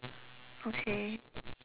okay